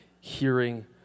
hearing